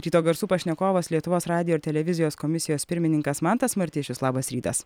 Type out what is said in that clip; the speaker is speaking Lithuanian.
ryto garsų pašnekovas lietuvos radijo ir televizijos komisijos pirmininkas mantas martišius labas rytas